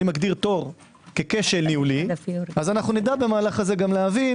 אני מגדיר תור ככשל ניהולי אז נדע במהלך הזה גם להבין